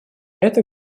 это